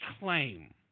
claim